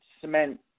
cement